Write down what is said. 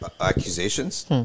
accusations